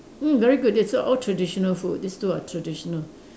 mm very good that's all traditional food these two are traditional